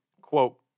quote